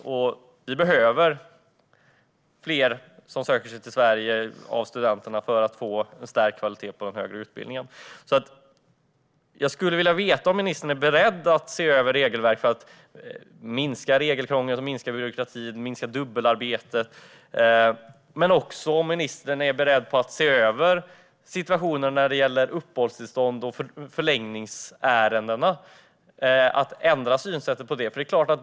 Det behövs fler studenter som söker sig till Sverige för att man ska kunna förstärka kvaliteten på den högre utbildningen. Jag skulle vilja veta om regeringen är beredd att se över regelverk för att minska regelkrångel, byråkrati och dubbelarbete. Jag undrar också om ministern är beredd att se över situationen när det gäller förlängning av uppehållstillstånd.